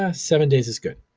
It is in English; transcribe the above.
ah seven days is good.